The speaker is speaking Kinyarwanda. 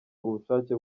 ubushake